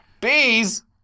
Bees